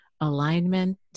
alignment